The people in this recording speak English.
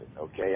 okay